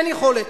אין יכולת.